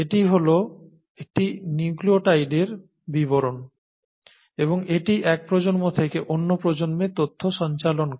এটিই হল একটি নিউক্লিওটাইডের বিবরণ এবং এটিই এক প্রজন্ম থেকে অন্য প্রজন্মে তথ্য সঞ্চালন করে